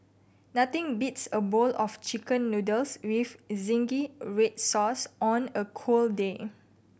nothing beats a bowl of Chicken Noodles with zingy red sauce on a cold day